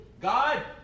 God